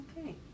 Okay